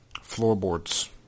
floorboards